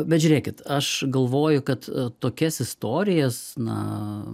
bet žiūrėkit aš galvoju kad tokias istorijas na